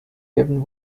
given